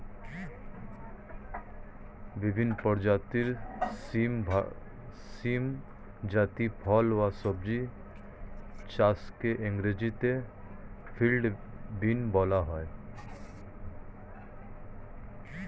বিভিন্ন প্রজাতির শিম জাতীয় ফল বা সবজি চাষকে ইংরেজিতে ফিল্ড বিন বলা হয়